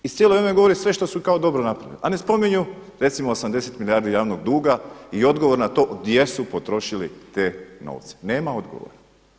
I cijelo vrijeme govore sve što su kao dobro napravili a ne spominju recimo 80 milijardi javnog duga i odgovor na to gdje su potrošili te novce, nema odgovora.